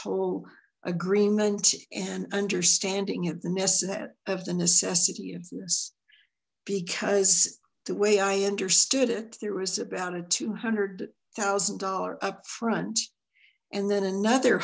whole agreement and understanding of the miss of the necessity of this because the way i understood it there was about a two hundred thousand dollars upfront and then another